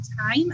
time